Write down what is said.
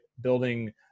building